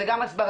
זה גם הסברה,